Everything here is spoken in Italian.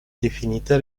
definita